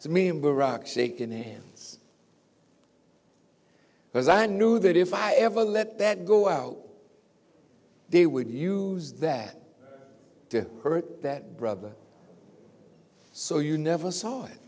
as a member rock shaken hands because i knew that if i ever let that go out they would use that to hurt that brother so you never saw